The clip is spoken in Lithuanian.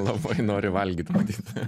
labai nori valgyt matyt